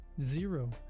zero